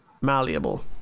malleable